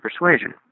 persuasion